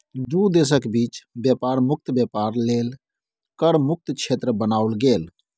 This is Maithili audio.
दू देशक बीच बेपार मुक्त बेपार लेल कर मुक्त क्षेत्र बनाओल गेल